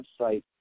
website